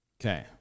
Okay